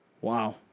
Wow